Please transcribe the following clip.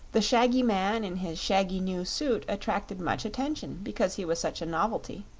the shaggy man in his shaggy new suit attracted much attention because he was such a novelty.